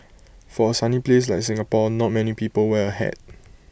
for A sunny place like Singapore not many people wear A hat